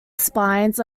spines